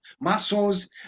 muscles